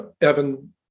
Evan